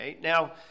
Now